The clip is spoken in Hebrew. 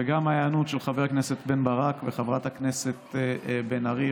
וגם ההיענות של חבר הכנסת בן ברק וחברת הכנסת בן ארי,